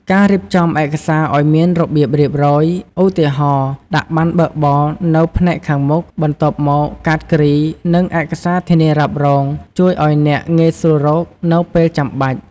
ការរៀបចំឯកសារឲ្យមានរបៀបរៀបរយ ឧទាហរណ៍ ដាក់ប័ណ្ណបើកបរនៅផ្នែកខាងមុខ បន្ទាប់មកកាតគ្រី និងឯកសារធានារ៉ាប់រង ជួយឲ្យអ្នក ងាយស្រួលរកនៅពេលចាំបាច់។